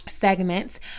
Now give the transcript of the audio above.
segments